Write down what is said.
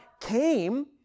came